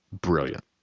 brilliant